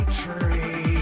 tree